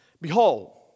Behold